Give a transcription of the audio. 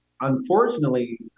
unfortunately